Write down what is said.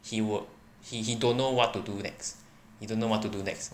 he would he he don't know what to do next he don't know what to do next